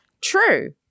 True